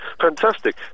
Fantastic